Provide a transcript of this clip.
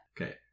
Okay